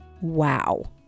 Wow